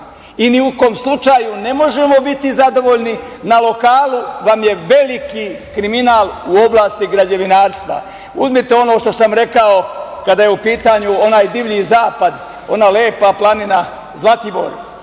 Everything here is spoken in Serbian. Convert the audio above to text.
i ni u kom slučaju ne možemo biti zadovoljni. Na lokalu vam je veliki kriminal u oblasti građevinarstva. Uzmite ono što sam rekao kada je u pitanju onaj divlji zapad, ona lepa planina Zlatibor,